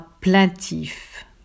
plaintif